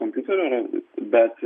kompiuteriu bet